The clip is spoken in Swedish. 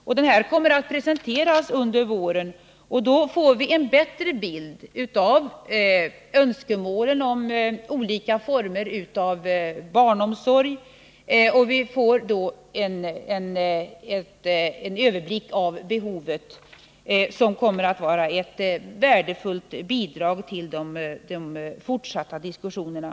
Undersökningen kommer att presenteras under våren, och då får vi en bättre bild av önskemålen om olika former av barnomsorg, och vi får en överblick av behovet som kommer att vara ett värdefullt bidrag i de fortsatta diskussionerna.